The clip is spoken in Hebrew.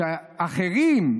שאחרים,